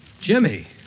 Jimmy